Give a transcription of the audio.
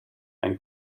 and